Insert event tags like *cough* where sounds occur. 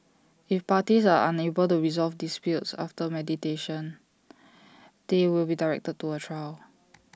if parties are unable to resolve disputes after mediation *noise* they will be directed to A trial